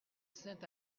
sainte